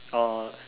oh